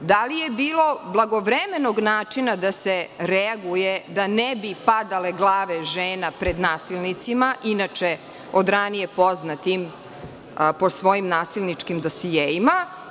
Da li je bilo blagovremenog načina da se reaguje da ne bi padale glave žena pred nasilnicima, inače od ranije poznatim po svojim nasilničkim dosijeima?